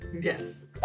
Yes